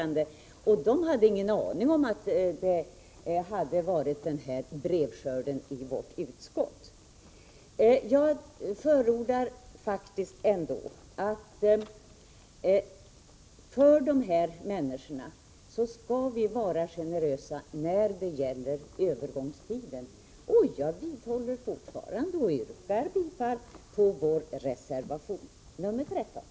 Och de som har kontaktat mig hade ingen aning om att vi har fått en omfattande brevskörd till vårt utskott. Jag förordar faktiskt, att vi skall vara generösa mot dessa människor när det gäller övergångstiden. Jag vidhåller fortfarande mitt yrkande om bifall till reservation 13.